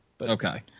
Okay